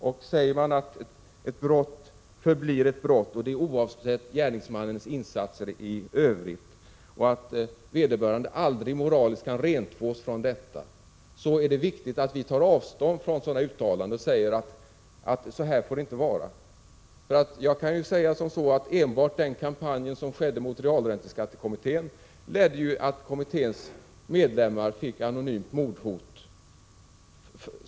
När man säger att ett brott förblir ett brott oavsett gärningsmannens insatser i övrigt, att vederbörande aldrig moraliskt kan rentvås, är det viktigt att vi tar avstånd från sådana uttalanden och säger ifrån att så här får det inte vara. Enbart kampanjen mot realränteskattekommittén ledde till att kommitténs medlemmar fick ett anonymt mordhot.